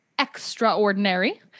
extraordinary